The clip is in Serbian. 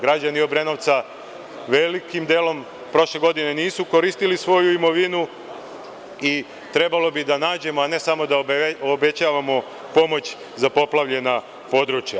Građani Obrenovca velikim delom prošle godine nisu koristili svoju imovinu i trebalo bi da nađemo, a ne samo da obećavamo pomoć za poplavljena područja.